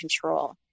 control